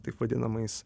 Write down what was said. taip vadinamais